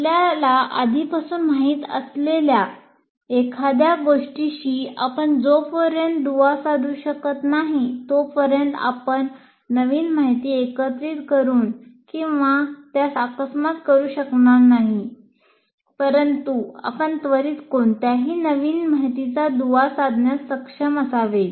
आपल्यास आधीपासून माहित असलेल्या एखाद्या गोष्टीशी आपण जोपर्यंत दुवा साधू शकत नाही तोपर्यंत आपण नवीन माहिती एकत्रित करून किंवा त्यास आत्मसात करू शकणार नाही परंतु आपण त्वरित कोणत्याही नवीन माहितीचा दुवा साधण्यास सक्षम असावे